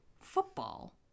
football